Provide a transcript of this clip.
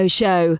show